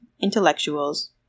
intellectuals